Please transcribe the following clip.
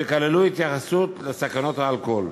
שכללו התייחסות לסכנות האלכוהול.